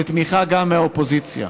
לתמיכה גם מהאופוזיציה.